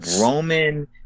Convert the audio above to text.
Roman